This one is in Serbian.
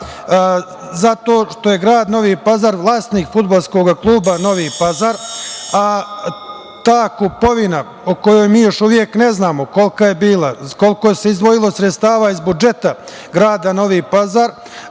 zato što je grad Novi Pazar vlasnik Fudbalskog kluba „Novi Pazar“, a ta kupovina o kojoj mi još uvek ne znamo kolika je bila, koliko se izdvojilo sredstava iz budžeta grada Novi Pazar,